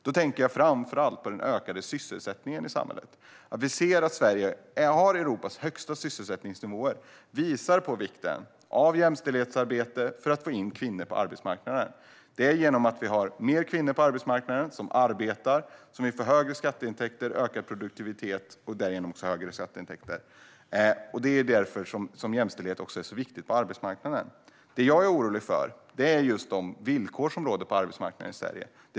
Jag tänker framför allt på den ökade sysselsättningen i samhället. Sverige har Europas högsta sysselsättningsnivåer. Det visar på hur viktigt jämställdhetsarbetet är för att få in kvinnor på arbetsmarknaden. Det är genom att det finns fler kvinnor på arbetsmarknaden som det blir högre skatteintäkter och ökad produktivitet. Det är därför som jämställdhet är så viktigt på arbetsmarknaden. Jag är orolig för de villkor som råder på arbetsmarknaden i Sverige.